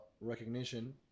recognition